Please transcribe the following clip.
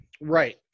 Right